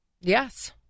Yes